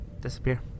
disappear